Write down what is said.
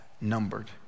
numbered